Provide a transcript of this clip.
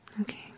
Okay